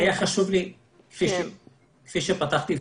כפי שפתחתי ואמרתי,